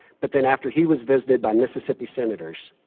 but then after he was visited by mississippi senators,